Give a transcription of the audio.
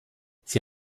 sie